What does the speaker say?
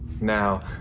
now